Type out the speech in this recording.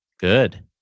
Good